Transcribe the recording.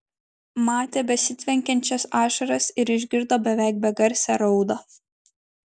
matė besitvenkiančias ašaras ir išgirdo beveik begarsę raudą